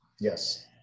Yes